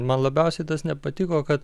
man labiausiai tas nepatiko kad